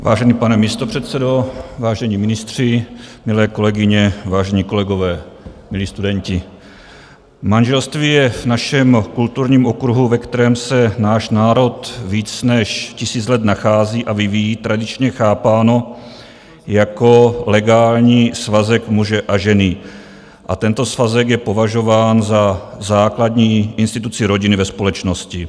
Vážený pane místopředsedo, vážení ministři, milé kolegyně, vážení kolegové, milí studenti, manželství je v našem kulturním okruhu, ve kterém se náš národ víc než tisíc let nachází a vyvíjí, tradičně chápáno jako legální svazek muže a ženy a tento svazek je považován za základní instituci rodiny ve společnosti.